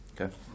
Okay